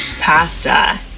pasta